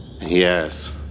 Yes